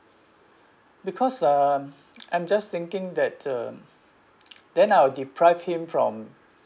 because um I'm just thinking that um then I'll deprive him from